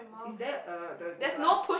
is there a the the glass